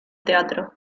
teatro